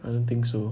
I don't think so